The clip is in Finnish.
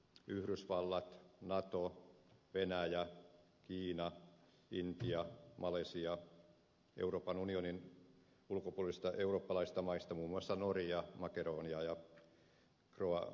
yhdysvallat nato venäjä kiina intia malesia euroopan unionin ulkopuolisista eurooppalaisista maista muun muassa norja makedonia ja kroatia